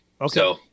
Okay